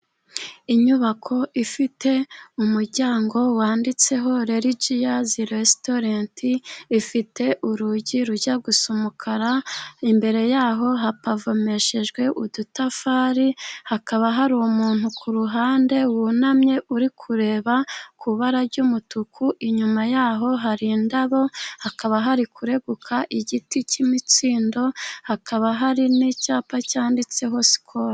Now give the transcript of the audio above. Inyubako ifite umuryango wanditseho rerigiazi resitorenti. Ifite urugi rujya gusa umukara. Imbere yaho hapavomeshejwe udutafari, hakaba hari umuntu ku ruhande wunamye uri kureba ku ibara ry'umutuku. Inyuma yaho hari indabo, hakaba hari kureguka igiti cy'imitsindo. hakaba hari n'icyapa cyanditseho sikolo.